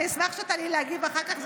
אני אשמח שתעלי להגיב אחר כך.